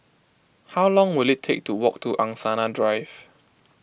how long will it take to walk to Angsana Drive